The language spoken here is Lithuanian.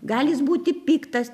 gali jis būti piktas